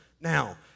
now